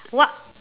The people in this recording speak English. what